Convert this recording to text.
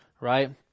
right